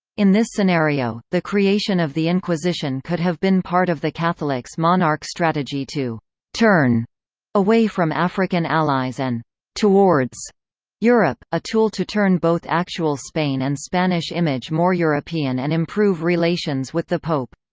in this scenario, the creation of the inquisition could have been part of the catholic's monarch strategy to turn away from african allies and towards europe, a tool to turn both actual spain and spanish image more european and improve relations with the pope.